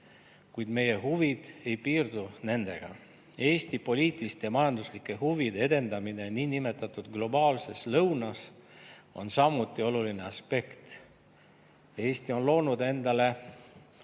kuid meie huvid ei piirdu nendega. Eesti poliitiliste ja majanduslike huvide edendamine niinimetatud globaalses lõunas on samuti oluline aspekt. Eesti on loonud endale